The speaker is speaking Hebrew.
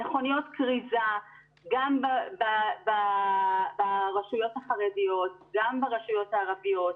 מכוניות כריזה גם ברשויות החרדיות גם ברשויות הערביות,